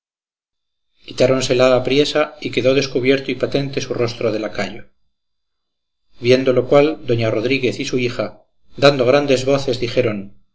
quitáronsela apriesa y quedó descubierto y patente su rostro de lacayo viendo lo cual doña rodríguez y su hija dando grandes voces dijeron